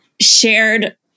shared